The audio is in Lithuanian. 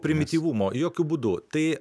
primityvumo jokiu būdu tai